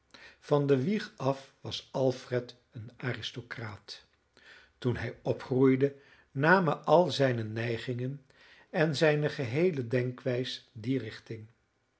van de wieg af was alfred een aristocraat toen hij opgroeide namen al zijne neigingen en zijne geheele denkwijs die richting